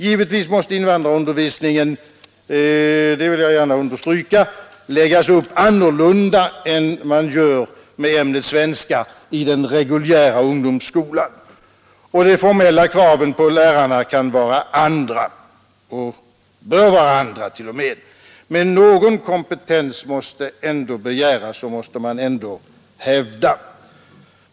Givetvis måste invandrarundervisningen — det vill jag gärna understryka — läggas upp på annat sätt än ämnet svenska i den reguljära ungdomsskolan, och de formella kraven kan vara andra, bör t.o.m. vara det. Men någon kompetens måste man ändå hävda.